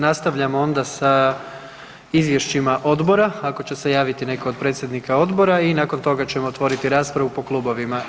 Nastavljamo onda sa izvješćima odbora, ako će se javiti netko od predsjednika odbora i nakon toga ćemo otvoriti raspravu po klubovima.